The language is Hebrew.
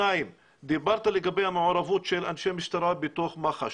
2. דיברת לגבי המעורבות של אנשי משטרה בתוך מח"ש.